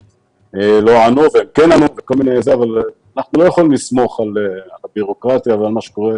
אנחנו לא יכולים לסמוך על הבירוקרטיה ועל מה שקורה.